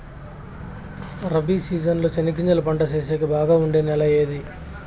Rabi season లో చెనగగింజలు పంట సేసేకి బాగా ఉండే నెల ఏది?